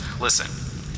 Listen